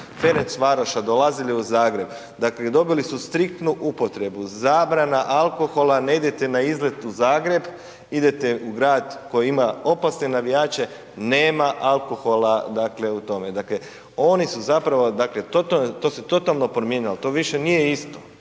Fenrencvaroša dolazili u Zagreb, dakle dobili su striktnu upotrebu, zabrana alkohola, ne idete na izlet u Zagreb, idete u grad koji ima opasne navijače, nema alkohola u tome. Dakle, oni su zapravo, dakle to se totalno promijenilo ali to više nije isto.